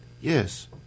Yes